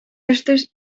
festes